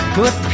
put